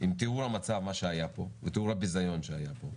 עם תיאור המצב שהיה פה ותיאור הבזיון שהיה פה,